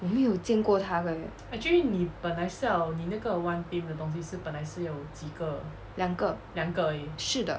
我没有见过他 leh 两个是的